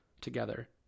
together